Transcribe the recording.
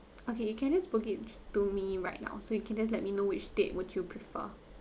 okay you can just book it to me right now so you can just let me know which date would you prefer